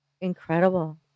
Incredible